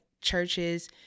churches